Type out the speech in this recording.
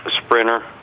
sprinter